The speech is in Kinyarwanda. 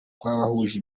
kw’abahuje